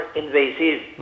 invasive